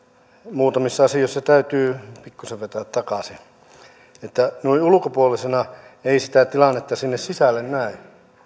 muutamissa asioissa täytyy pikkusen vetää takaisin noin ulkopuolisena ei sitä tilannetta sinne sisälle näe